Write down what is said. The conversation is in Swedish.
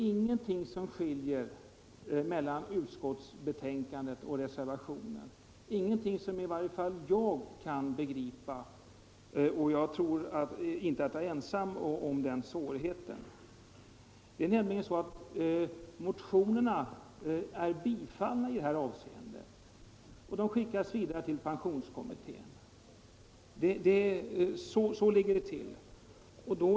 Ingenting skiljer utskottsmajoritetens skrivning och reservationen — i varje fall ingenting som jag kan begripa, och jag tror inte att jag är ensam om den svårigheten. Motionerna är tillstyrkta, och majoriteten föreslår att de skickas vidare till pensionskommittén. Så ligger det till.